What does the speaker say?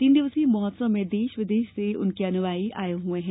तीन दिवसीय महोत्सव में देश विदेश से उनके अनुयायी आए हुए हैं